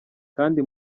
kandi